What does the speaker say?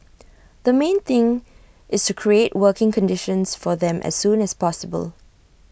the main thing is to create working conditions for them as soon as possible